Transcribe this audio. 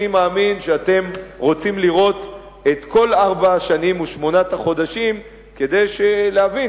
אני מאמין שאתם רוצים לראות את כל ארבע השנים ושמונת החודשים כדי להבין,